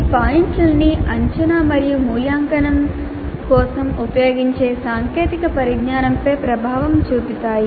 ఈ పాయింట్లన్నీ అంచనా మరియు మూల్యాంకనం కోసం ఉపయోగించే సాంకేతిక పరిజ్ఞానంపై ప్రభావం చూపుతాయి